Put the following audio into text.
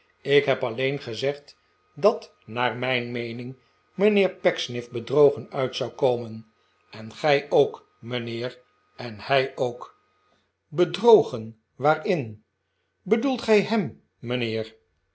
ik heb alleen gezegd dat naar mijn meening mijnheer pecksniff bedrogen uit zou komen en gij ook mijnheer en hij ook bedrogen waarin bedoelt gij hem mijnheer